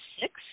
six